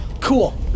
Cool